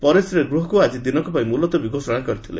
ପରେ ସେ ଗୃହକୁ ଆଜି ଦିନ ପାଇଁ ମୁଲତବୀ ଘୋଷଣା କରିଥିଲେ